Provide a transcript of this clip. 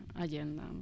agenda